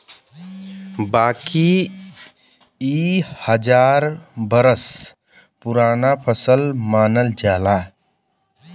बाकी इ हजार बरस पुराना फसल मानल जाला